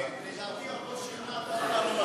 לדעתי עוד לא שכנעת אותנו מספיק.